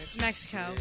Mexico